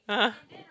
(uh huh)